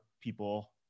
people